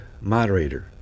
moderator